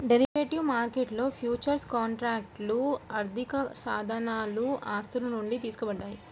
derivative మార్కెట్లో futures కాంట్రాక్ట్లు ఆర్థికసాధనాలు ఆస్తుల నుండి తీసుకోబడ్డాయి